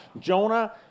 Jonah